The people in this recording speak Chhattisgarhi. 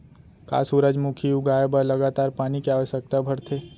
का सूरजमुखी उगाए बर लगातार पानी के आवश्यकता भरथे?